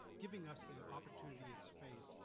giving us the opportunity and space,